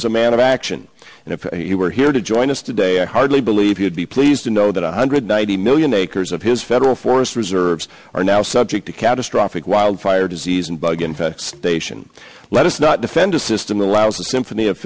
was a man of action and if he were here to join us today i hardly believe you would be pleased to know that one hundred ninety million acres of his federal forest reserves are now subject to catastrophic wildfire disease and bug and station let us not defend a system that allows a symphony